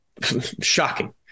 Shocking